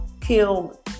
kill